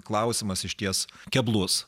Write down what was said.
klausimas išties keblus